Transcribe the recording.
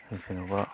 जेनेबा